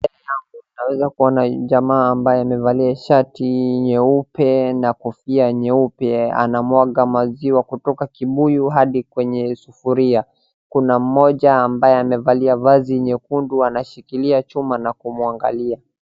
Hapa naeza kuona jamaa ambaye amevalia shati nyeupe na kofia nyeupe anamwaga maziwa kutoka kibuyu hadi kwenye sufuria, kuna mmoja ambaye amevalia vazi nyekundu anashikilia chuma na kumwangalia.